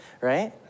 right